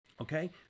Okay